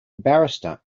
barrister